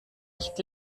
nicht